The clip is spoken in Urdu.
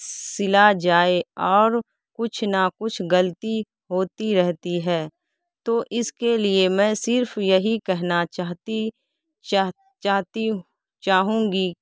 سلا جائے اور کچھ نہ کچھ غلطی ہوتی رہتی ہے تو اس کے لیے میں صرف یہی کہنا چاہتی چاہ چاہتی چاہوں گی